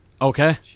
Okay